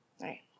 right